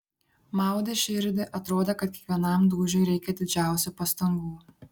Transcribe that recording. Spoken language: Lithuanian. maudė širdį atrodė kad kiekvienam dūžiui reikia didžiausių pastangų